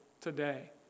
today